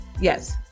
yes